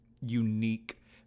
unique